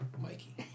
Mikey